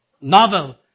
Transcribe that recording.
novel